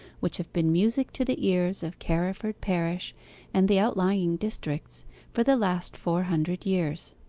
which have been music to the ears of carriford parish and the outlying districts for the last four hundred years.